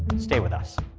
stay with us